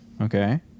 Okay